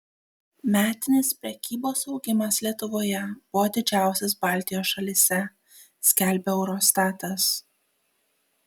metinis prekybos augimas lietuvoje buvo didžiausias baltijos šalyse skelbia eurostatas